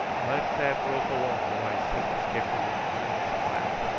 let that rope alone, boy, said the skipper with a grim smile.